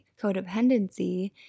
Codependency